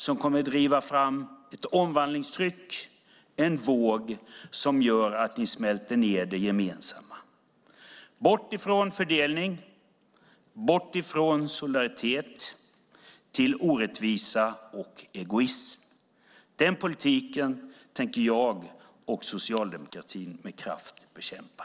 Den kommer att driva fram ett omvandlingstryck och en våg som gör att ni smälter ned det gemensamma. Ni går bort från fördelning och bort från solidaritet till orättvisa och egoism. Den politiken tänker jag och socialdemokratin med kraft bekämpa.